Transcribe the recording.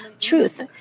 truth